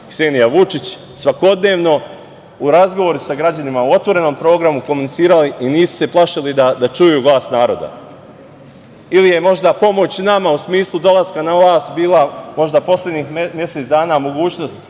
Ksenija Vučić svakodnevno u razgovoru sa građanima, u otvorenom programu komunicirali i nisu se plašili da čuju glas naroda. Ili je možda pomoć nama u smislu dolaska na vlast bila možda poslednjih mesec dana mogućnost